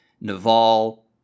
Naval